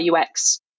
UX